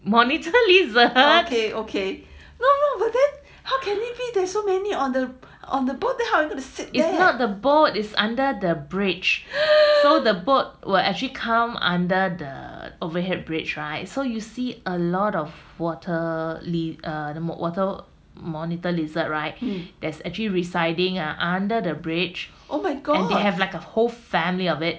okay okay no but then how can we be there's so many on the on the boat how you gonna sit oh my god